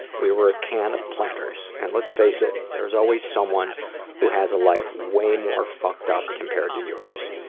we were a can of planters. and let's face it, there's always someone who has a life way more fucked up, compared to yours.